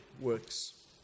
works